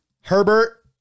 Herbert